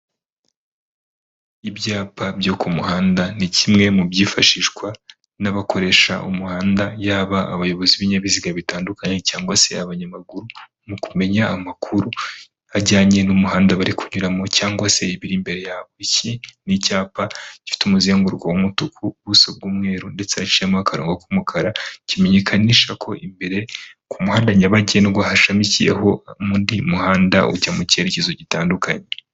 Ibyapa byo ku muhanda, ni kimwe mu byifashishwa n'abakoresha umuhanda, yaba abayobozi b'ibinyabiziga bitandukanye cgangwa se abanyamaguru mu kumenya amakuru ajyanye n'umuhanda bari kunyuramo cgangwa se ibiri imbere yabo, iki ni icyapa gifite umuzenguruko w'umutuku, ubuso bw'umweru ndetse haciyemo akarongo k'umukara, kimenyekanisha ko imbere ku muhanda nyabagendwa hashamikiyeho undi muhanda ujya mu cyerekezo gitandukanye.